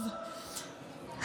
טוב,